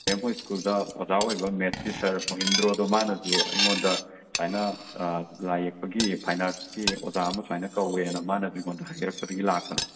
ꯃꯦꯝ ꯍꯣꯏ ꯁ꯭ꯀꯨꯜꯗ ꯑꯣꯖꯥ ꯑꯣꯏꯕ ꯃꯦꯠꯁꯀꯤ ꯁꯔ ꯃꯣꯍꯤꯟꯗ꯭ꯔꯣꯗꯣ ꯃꯥꯅꯁꯨ ꯑꯩꯉꯣꯟꯗ ꯁꯨꯃꯥꯏꯅ ꯂꯥꯏ ꯌꯦꯛꯄꯒꯤ ꯐꯥꯏꯟ ꯑꯥꯔꯠꯀꯤ ꯑꯣꯖꯥ ꯑꯃ ꯁꯨꯃꯥꯏꯅ ꯀꯧꯋꯦꯅ ꯃꯥꯅꯁꯨ ꯑꯩꯉꯣꯟꯗ ꯍꯥꯏꯔꯛꯄꯗꯒꯤ ꯂꯥꯛꯄꯅꯦ